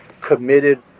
committed